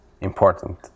important